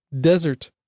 desert